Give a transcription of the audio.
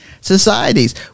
societies